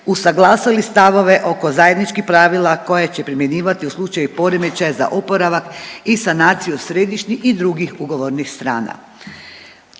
usuglasili stavove oko zajedničkih pravila koja će primjenjivati u slučaju poremećaja za oporavak i sanaciju središnjih i drugih ugovornih strana.